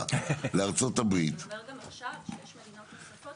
לארה"ב --- הוא אומר שיש מדינות נוספות